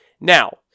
Now